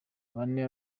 bane